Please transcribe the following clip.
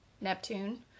Neptune